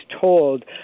told